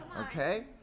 okay